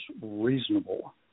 reasonable